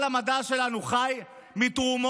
כל המדע שלנו, חי מתרומות,